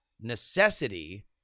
necessity